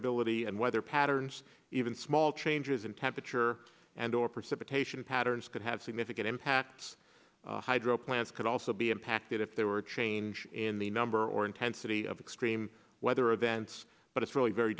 ability and weather patterns even small changes in temperature and or perceived patterns could have significant impacts hydro plants could also be impacted if there were a change in the number or intensity of extreme weather events but it's really very